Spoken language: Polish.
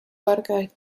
wargach